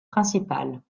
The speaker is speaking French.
principales